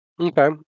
Okay